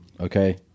okay